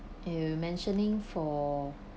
you mentioning for